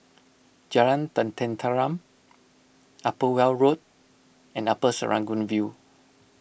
Jalan Tenteram Upper Weld Road and Upper Serangoon View